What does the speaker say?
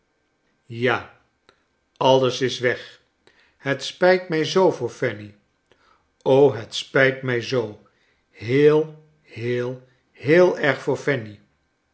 ja alles is weg het spijt mij zoo voor fanny o het spijt mij zoo heel heel heel erg voor fanny